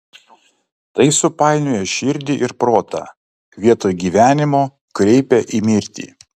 tai supainioja širdį ir protą vietoj gyvenimo kreipia į mirtį